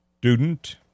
student